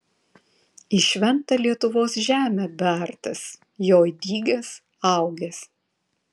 į šventą lietuvos žemę bertas joj dygęs augęs